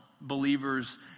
believers